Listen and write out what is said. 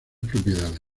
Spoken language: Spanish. propiedades